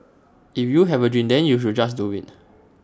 if you have A dream then you should just do IT